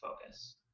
focus